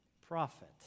prophet